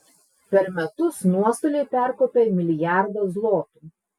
per metus nuostoliai perkopia milijardą zlotų